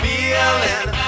Feeling